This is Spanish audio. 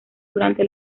durante